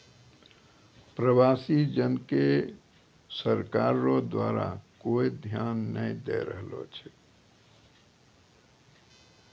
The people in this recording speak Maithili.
प्रवासी जन के सरकार रो द्वारा कोय ध्यान नै दैय रहलो छै